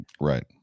Right